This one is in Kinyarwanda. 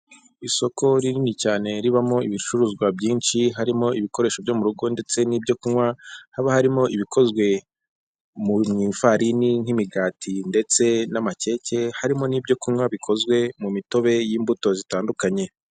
Isoko rinini cyane ribamo ibicuruzwa byinshi harimo ibikoresho byo mu rugo ndetse n'ibyo kunywa, hakaba harimo ibikozwe mu ivarini nk'imigati ndetse n'amakeke, harimo n'ibyo kunywa bikozwe mu mitobe y'imbuto zitandukanye.